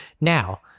Now